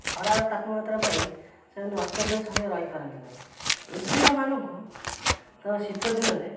ଖରାରେ ତାପମାତ୍ରା ପାଇ ସେମାନେ ଅତ୍ୟଧିକ ସମୟ ରହିପାରନ୍ତି ନାହିଁ ଉଦ୍ଭିଦ ମାନଙ୍କୁ ତ ଶୀତ ଦିନରେ